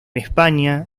españa